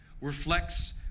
reflects